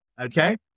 Okay